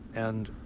and,